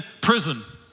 prison